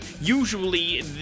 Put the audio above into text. usually